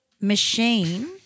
Machine